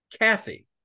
Kathy